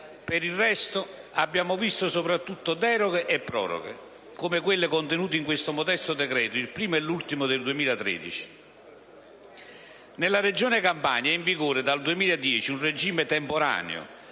Per il resto, abbiamo visto soprattutto deroghe e proroghe come quelle contenute in questo modesto decreto, il primo e l'ultimo del 2013. Nella Regione Campania è in vigore dal 2010 un regime "temporaneo"